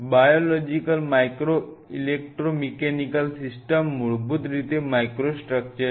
biological micro electromechanical systems મૂળભૂત રીતે microstructure છે